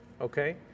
Okay